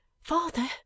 father